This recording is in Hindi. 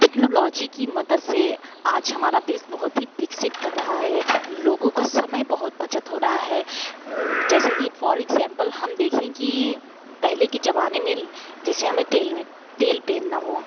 टेक्नोलॉजी की मदद से आज हमारा देश बहुत ही विकसित कर रहा है लोगों का समय बहुत बचत हो रहा है जैसे कि फ़ोर इग्ज़ैम्पल हम देखें कि पहले के ज़माने में जैसे हमें तेल में तेल पेरना हो